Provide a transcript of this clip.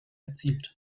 erzielt